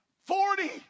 Forty